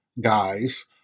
guys